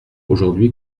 aujourd’hui